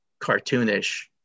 cartoonish